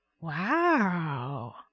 wow